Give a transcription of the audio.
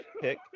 pick